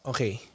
Okay